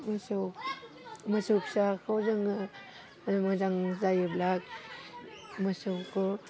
मोसौ मोसौ फिसाखौ जोङो मोजां जायोब्ला मोसौखौ